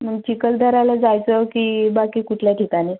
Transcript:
मग चिकलदऱ्याला जायचं की बाकी कुठल्या ठिकाणी